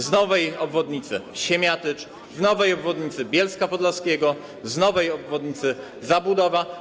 z nowej obwodnicy Siemiatycz, z nowej obwodnicy Bielska Podlaskiego, z nowej obwodnicy Zabłudowa?